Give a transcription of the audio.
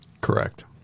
Correct